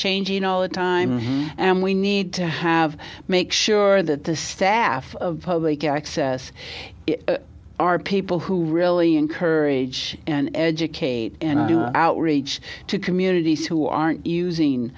changing all the time and we need to have make sure that the staff of public access are people who really encourage and educate and outreach to communities who aren't using